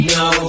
no